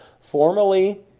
formally